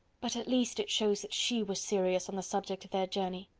but at least it shows that she was serious on the subject of their journey.